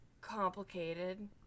complicated